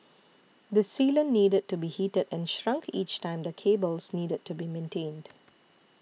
this sealant needed to be heated and shrunk each time the cables needed to be maintained